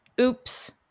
oops